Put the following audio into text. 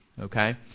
okay